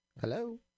Hello